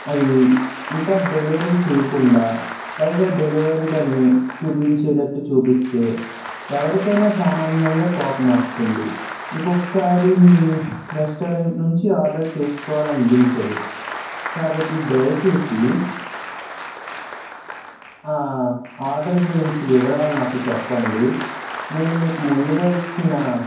అది ఇంకా డెలివరీ చేయకుండా పైగా డెలివెర్డ్ అని చూపించేటట్టు చూపిస్తే ఎవరికైనా సామాన్యంగా కోపం వస్తుంది ఇంకొకసారి మీ రెస్టారెంట్ నుంచి ఆర్డర్ చేసుకోవాలనిపించదు కాబట్టి దయచేసి ఆ ఆర్డర్ గురించి వివరాలను నాకు చెప్పండి నేను మీకు ముందుగా ఇచ్చిన